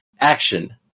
action